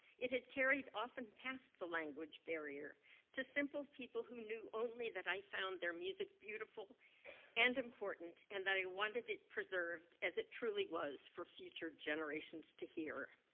it had carried often past the language barrier to simple people who knew only that i found their music beautiful and important and that i wanted it perserved as it truly was for future generations to hear.